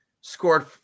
scored